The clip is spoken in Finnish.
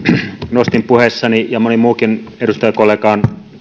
nostin puheessani digitaidot ja moni muukin edustajakollega on